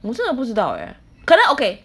我真的不知道 eh 可能 okay